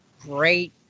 great